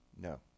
no